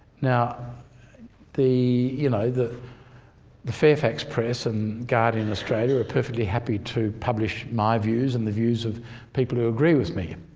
now the you know the fairfax press and guardian australia are perfectly happy to publish my views and the views of people who agree with me